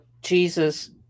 Jesus